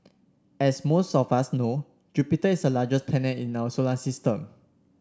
as most of us know Jupiter is the largest planet in our solar system